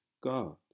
God